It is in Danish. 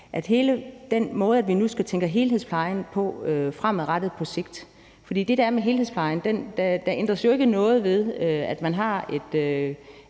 hele den måde, vi nu skal tænke helhedsplejen på fremadrettet. Det, der er med helhedsplejen, er, at der jo ikke ændres noget ved, at man har en